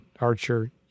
Archer